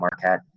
Marquette